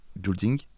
building